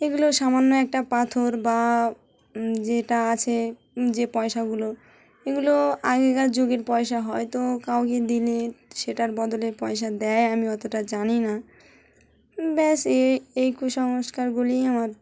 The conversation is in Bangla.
এগুলো সামান্য একটা পাথর বা যেটা আছে যে পয়সাগুলো এগুলো আগেকার যুগের পয়সা হয় তো কাউকে দিলে সেটার বদলে পয়সা দেয় আমি অতটা জানি না ব্যাস এই এই কুসংস্কারগুলি আমার